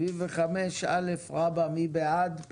75(א) רבא מי בעד?